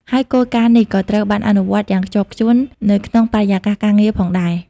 ហើយគោលការណ៍នេះក៏ត្រូវបានអនុវត្តយ៉ាងខ្ជាប់ខ្ជួននៅក្នុងបរិយាកាសការងារផងដែរ។